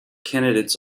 candidates